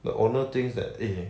the owner thinks that eh